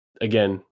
again